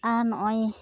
ᱟᱨ ᱱᱚᱜᱼᱚᱭ